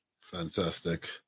Fantastic